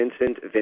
Vincent